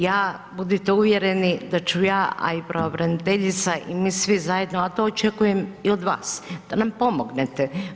Ja, budite uvjereni da ću ja, a i pravobraniteljica i mi svi zajedno, a to očekujem i od vas, da nam pomognete.